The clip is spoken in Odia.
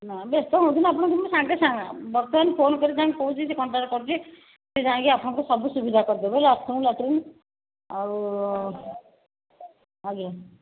ନା ବ୍ୟସ୍ତ ହୁଅନ୍ତୁନି ଆପଣଙ୍କୁ ମୁଁ ସାଙ୍ଗେ ସାଙ୍ଗେ ବର୍ତ୍ତମାନ ଫୋନ୍ କରି ଯାଇଁ କହୁଛି ସେ କଣ୍ଟାକ୍ଟ୍ କରୁଛି ସେ ଯାଇକି ଆପଣଙ୍କୁ ସୁବିଧା କରିଦେବେ ବାଥରୁମ୍ ଲାଟିନ୍ ଆଉ ଆଜ୍ଞା